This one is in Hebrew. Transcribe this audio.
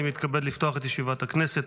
אני מתכבד לפתוח את ישיבת הכנסת.